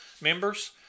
members